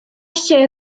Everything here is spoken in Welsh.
lle